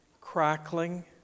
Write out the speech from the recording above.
crackling